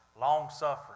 long-suffering